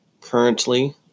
currently